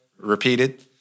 repeated